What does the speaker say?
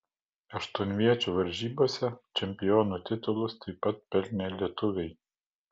aštuonviečių varžybose čempionų titulus taip pat pelnė lietuviai